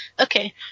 Okay